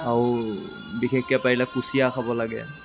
আৰু বিশেষকৈ পাৰিলে কুচিয়া খাব লাগে